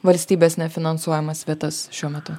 valstybės nefinansuojamas vietas šiuo metu